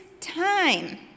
time